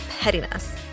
pettiness